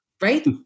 right